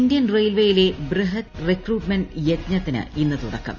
Indian റെയിൽവേയ്ടില്ല് ബൃഹത് recruitment ന് യജ്ഞത്തിന് ഇന്ന് തുടക്കം